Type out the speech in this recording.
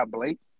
Blake